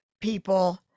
people